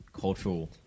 cultural